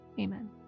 Amen